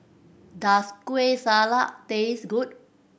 does Kueh Salat taste good